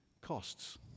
costs